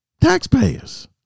Taxpayers